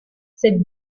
cette